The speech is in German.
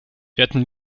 hätten